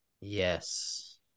Yes